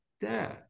death